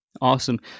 awesome